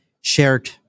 shared